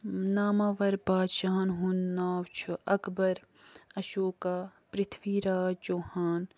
ناماور بادشاہن ہُنٛد ناو چھُ اکبر اشوکا پرتھوی راج چوہان